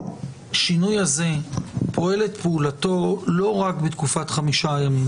--- השינוי הזה פועל את פעולתו לא רק בתקופה של החמישה ימים,